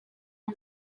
and